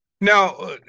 Now